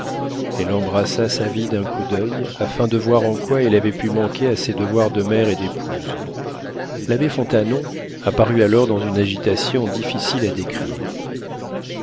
elle embrassa sa vie d'un coup d'oeil afin de voir en quoi elle avait pu manquer à ses devoirs de mère et d'épouse l'abbé fontanon apparut alors dans une agitation difficile à décrire